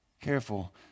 careful